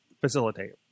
facilitate